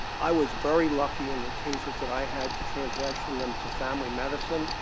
i was very lucky in the cases that i had to transition them to family medicine,